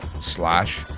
slash